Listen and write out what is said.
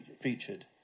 featured